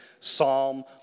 psalm